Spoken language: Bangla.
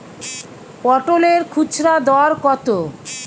পটলের খুচরা দর কত?